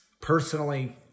Personally